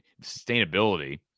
sustainability